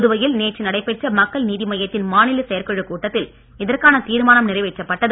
புதுவையில் நேற்று நடைபெற்ற மக்கள் நீதி மையத்தின் மாநில செயற்குழு கூட்டத்தில் இதற்கான தீர்மானம் நிறைவேற்றப்பட்டது